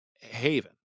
Haven